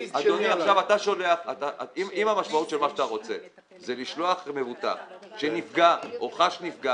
אם המשמעות של מה שאתה רוצה זה לשלוח מבוטח שנפגע או חש נפגע